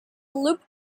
loop